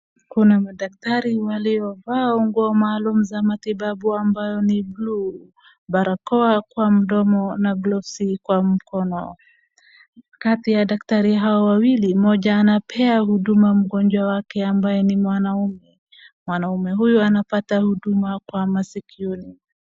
Kuna madaktari wale wavao nguo maalum za matibabu ambayo ni bluu. Barakoa kwa mdomo na glovsi kwa mkono. Kati ya daktari hao wawili, mmoja anapea huduma mgonjwa wake ambaye ni mwanaume. Mwanaume huyu anapata huduma kwa masikioni.